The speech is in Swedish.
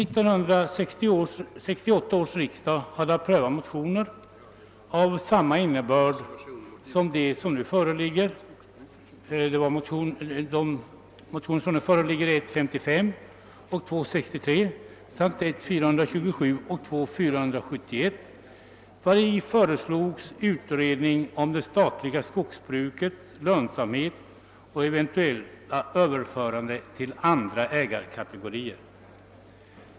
1968 års riksdag hade att pröva motioner av samma innebörd som de motioner vi nu behandlar, alltså 1: 55 och II: 63 samt I: 427 och II: 471, vari hemställes om en utredning rörande de statliga skogarnas lönsamhet och eventuella överförande till andra ägar kategorier.